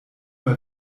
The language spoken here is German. mal